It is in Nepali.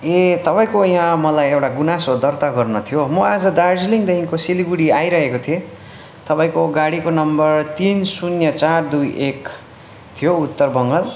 ए तपाईँको यहाँ मलाई एउटा गुनासो दर्ता गर्न थियो म आज दार्जिलिङदेखिको सिलगढी आइरहेको थिएँ तपाईँको गाडीको नम्बर तिन शून्य चार दुई एक थियो उत्तर बङ्गाल